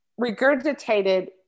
regurgitated